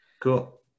Cool